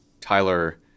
Tyler